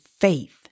faith